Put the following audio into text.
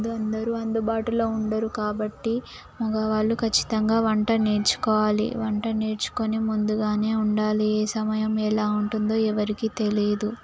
అందం అందరూ అందుబాటులో ఉండరు కాబట్టి మగవాళ్ళు ఖచ్చితంగా వంట నేర్చుకోవాలి వంట నేర్చుకొని ముందుగానే ఉండాలి ఏ సమయం ఎలా ఉంటుందో ఎవరికీ తెలియదు